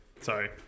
Sorry